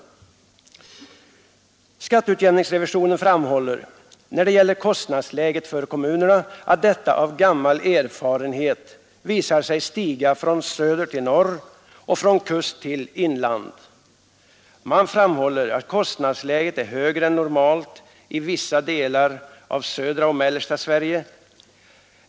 Skatteutjämningsrevisionen framhåller när det gäller kostnadsläget för kommunerna att detta av gammal erfarenhet visar sig stiga från söder till norr och från kust till inland. Man framhåller att kostnadsläget är högre än normalt i vissa delar av södra och mellersta Sverige.